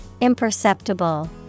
Imperceptible